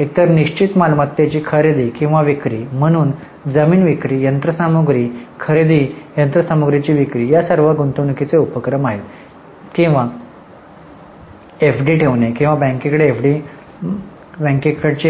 एकतर निश्चित मालमत्तेची खरेदी किंवा विक्री म्हणून जमीन विक्री यंत्र सामग्री खरेदी यंत्रसामग्रीची विक्री या सर्व गुंतवणूकीचे उपक्रम आहेत किंवा एफडी ठेवणे किंवा बँकेकडे